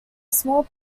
small